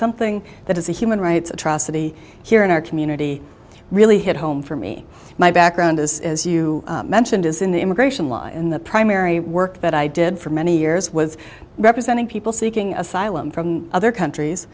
something that is a human rights atrocity here in our community really hit home for me my background is as you mentioned is in the immigration law and the primary work that i did for many years was representing people seeking asylum from other countries